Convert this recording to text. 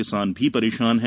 किसान भी परेशान है